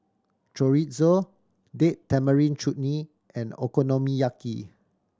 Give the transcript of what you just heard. Chorizo Date Tamarind Chutney and Okonomiyaki